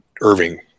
Irving